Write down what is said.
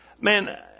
man